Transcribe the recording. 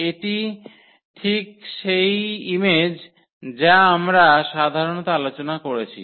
এটি ঠিক সেই ইমেজ যা আমরা সাধারণত আলোচনা করেছি